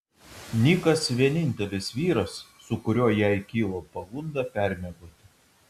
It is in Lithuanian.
nikas vienintelis vyras su kuriuo jai kilo pagunda permiegoti